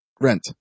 rent